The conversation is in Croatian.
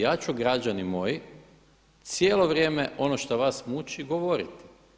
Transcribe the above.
Ja ću građani moji cijelo vrijeme ono što vas muči govoriti.